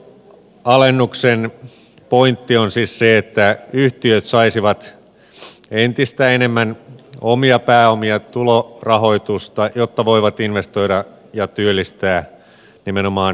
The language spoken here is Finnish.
yhteisöveroalennuksen pointti on siis se että yhtiöt saisivat entistä enemmän omia pääomia tulorahoitusta jotta voivat investoida ja työllistää nimenomaan suomessa